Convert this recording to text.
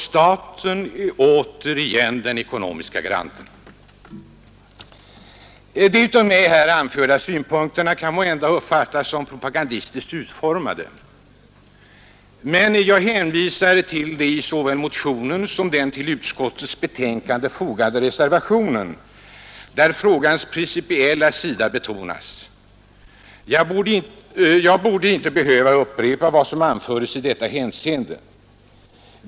Staten är återigen den ekonomiska garanten. De av mig här anförda synpunkterna kan måhända uppfattas som propagandistiskt utformade. Men jag hänvisar till såväl motionen som den till utskottets betänkande fogade reservationen där frågans principiella sida betonas. Jag borde inte behöva upprepa vad som anföres i detta hänseende.